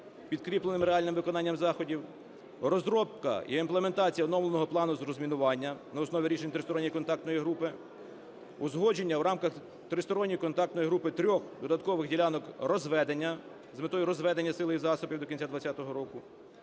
підкріпленим реальним виконанням заходів; розробка і імплементація оновленого плану з розмінування на основі рішень Тристоронньої контактної групи; узгодження в рамках Тристоронньої контактної групи трьох додаткових ділянок розведення з метою розведення сил і засобів до кінця 20-го року;